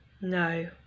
No